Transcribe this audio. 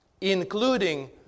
including